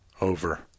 Over